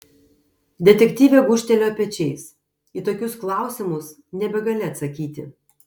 detektyvė gūžtelėjo pečiais į tokius klausimus nebegali atsakyti